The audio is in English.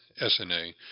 SNA